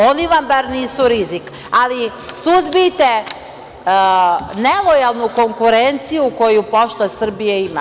Oni vam bar nisu rizik, ali suzbijte nelojalnu konkurenciju koju „Pošta Srbije“ ima.